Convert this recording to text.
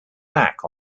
mac